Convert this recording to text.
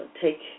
take